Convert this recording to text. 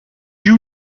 you